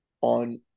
on